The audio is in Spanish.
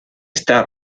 está